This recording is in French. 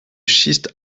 schiste